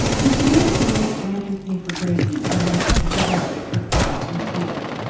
you should know that the rates ranchers pay for grazing are like a dollar per cow each year.